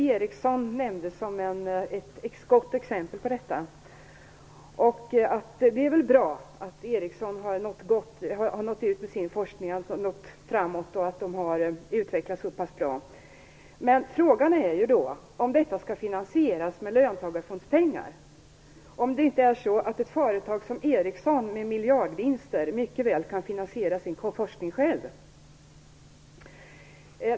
Ericsson nämndes som ett gott exempel. Det är bra att Ericsson har kommit långt med sin forskning och att företaget har utvecklats så pass bra. Men frågan är om forskning skall finansieras med löntagarfondspengar och om inte ett företag som Ericsson, som gör miljardvinster, mycket väl kan finansiera sin forskning själv.